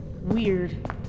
weird